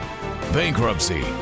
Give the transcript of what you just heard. bankruptcy